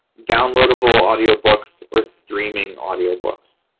downloadable audiobooks, or streaming audiobooks.